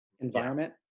environment